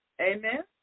Amen